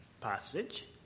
Passage